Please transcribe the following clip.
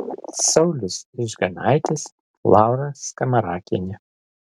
saulius ižganaitis laura skamarakienė